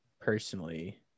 personally